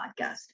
podcast